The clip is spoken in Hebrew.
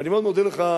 ואני מאוד מודה לך,